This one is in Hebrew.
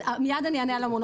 מייד אני אענה על המונופולים.